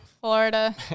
Florida